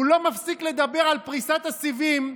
הוא לא מפסיק לדבר על פריסת הסיבים,